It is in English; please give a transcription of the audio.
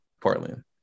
Portland